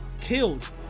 killed